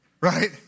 right